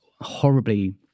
horribly